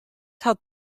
hat